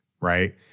right